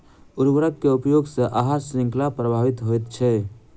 उर्वरक के उपयोग सॅ आहार शृंखला प्रभावित होइत छै